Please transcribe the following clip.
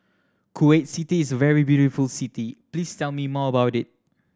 Kuwait City is a very beautiful city please tell me more about it